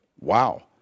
wow